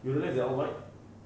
you realise they are all white